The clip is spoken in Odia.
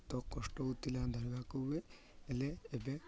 କଷ୍ଟ ହେଉଥିଲା ଧରିବାକୁ ବି ହେଲେ ଏବେ